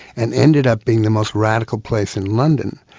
and ended up being the most radical place in london,